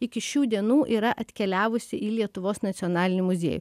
iki šių dienų yra atkeliavusi į lietuvos nacionalinį muziejų